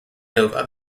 nova